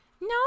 no